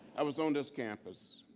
i was on this campus.